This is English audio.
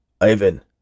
Ivan